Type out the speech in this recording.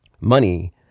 money